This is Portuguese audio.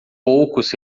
poucos